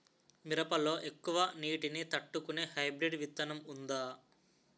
మిరప లో ఎక్కువ నీటి ని తట్టుకునే హైబ్రిడ్ విత్తనం వుందా?